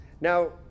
Now